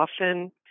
often